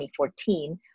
2014